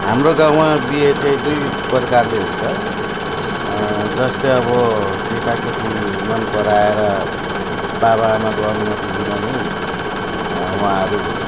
हाम्रो गाउँमा बिहे चाहिँ दुई प्रकारले हुन्छ जस्तै अब केटाकेटी मनपराएर बाबाआमाको अनुमतिबिना नै उहाँहरू